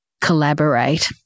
collaborate